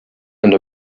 and